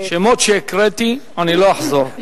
שמות שהקראתי, אני לא אחזור.